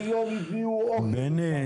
כל יום הביאו בני,